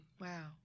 Wow